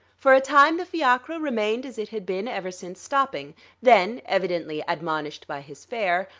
for a time the fiacre remained as it had been ever since stopping then, evidently admonished by his fare,